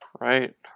Right